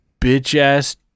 bitch-ass